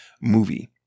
movie